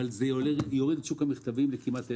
אבל זה יוריד את שוק המכתבים לכמעט אפס.